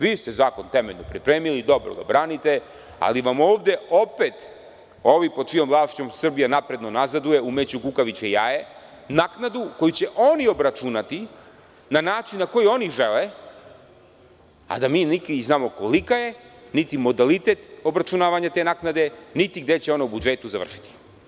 Vi ste zakon temeljno pripremili, dobro ga branite, ali vam ovde opet ovi pod čijom vlašću Srbija napredno nazaduje, umeću kukavičije jaje, naknadu koju će oni obračunati na način na koji oni žele, a da mi niti znamo kolika je, niti modalitet obračunavanja te naknade, niti gde će u budžetu završiti.